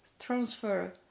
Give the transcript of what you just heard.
transfer